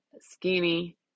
skinny